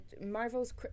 marvel's